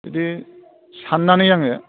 बिदि साननानै आङो